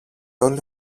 όλοι